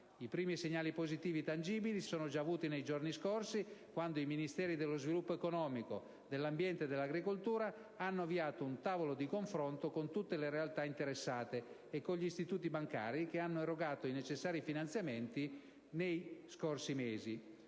I primi segnali positivi tangibili si sono già avuti nei giorni scorsi, quando i Ministeri dello sviluppo economico, dell'ambiente e dell'agricoltura hanno avviato un tavolo di confronto con tutte le realtà interessate e con gli istituti bancari che hanno erogato i necessari finanziamenti negli scorsi mesi.